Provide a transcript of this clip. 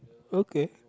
okay